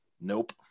nope